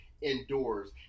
indoors